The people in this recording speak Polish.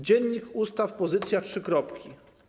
Dziennik Ustaw, pozycja, trzy kropki.